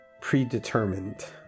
predetermined